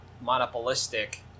monopolistic